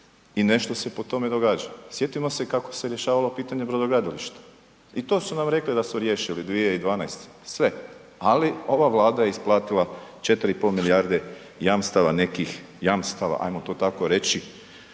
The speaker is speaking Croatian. i nešto se po tome događa. Sjetimo se kako se rješavalo pitanje brodogradilišta i to su nam rekli da su riješili 2012. sve, ali ova Vlada je isplatila 4,5 milijarde jamstava nekih, jamstava ajmo to tako reći,